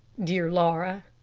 dear laura,